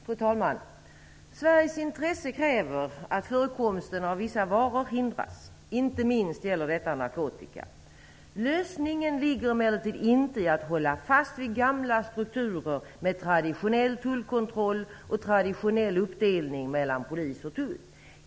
Fru talman! Sveriges intresse kräver att förekomsten av vissa varor hindras. Inte minst gäller detta narkotika. Lösningen ligger emellertid inte i att hålla fast vid gamla strukturer med traditionell tullkontroll och traditionell uppdelning mellan polis och tull.